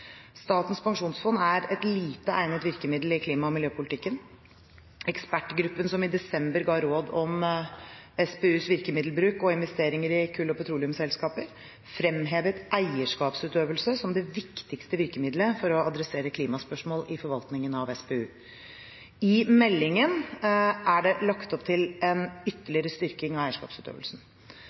Statens pensjonsfond er et lite egnet virkemiddel i klima- og miljøpolitikken. Ekspertgruppen som i desember ga råd om SPUs virkemiddelbruk og investeringer i kull- og petroleumsselskaper, fremhevet eierskapsutøvelse som det viktigste virkemidlet for å adressere klimaspørsmål i forvaltningen av SPU. I meldingen er det lagt opp til en ytterligere styrking av eierskapsutøvelsen.